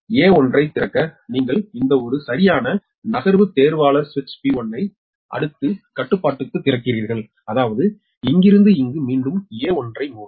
A1 ஐத் திறக்க நீங்கள் இந்த ஒரு சரியான நகர்வு தேர்வாளர் சுவிட்ச் P1 ஐ அடுத்த கட்டுப்பாட்டுக்குத் திறக்கிறீர்கள் அதாவது இங்கிருந்து இங்கிருந்து மீண்டும் A1 ஐ மூடு